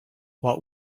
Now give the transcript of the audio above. what